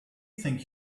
think